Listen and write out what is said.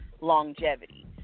longevity